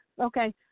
Okay